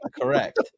correct